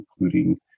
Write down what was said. including